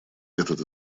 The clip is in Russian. этот